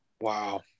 Wow